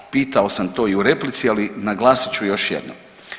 Pitao sam to i u replici, ali naglasit ću još jednom.